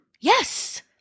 Yes